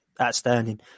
outstanding